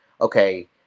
okay